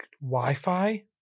wi-fi